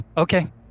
Okay